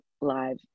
live